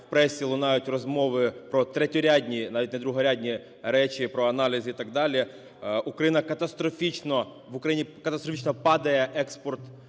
в пресі лунають розмови про третьорядні, навіть не другорядні речі про аналізи і так далі, Україна катастрофічно... в Україні